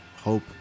hope